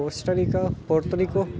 Costa Rica Puerto Rico